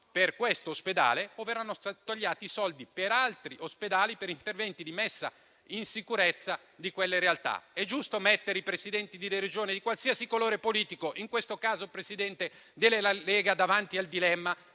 per quest'ospedale o se verranno tagliati quelli per altri ospedali, per interventi di messa in sicurezza di quelle realtà. È giusto mettere i Presidenti di Regione, di qualsiasi colore politico (in questo caso il Presidente è della Lega), davanti al dilemma